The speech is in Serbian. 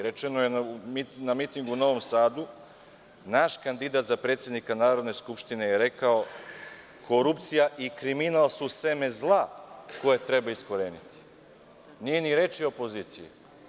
Rečeno je na mitingu u Novom Sadu, naš kandidat za predsednika Narodne skupštine je rekao: „Korupcija i kriminal su seme zla koje treba iskoreniti“, nije ni reči o opoziciji.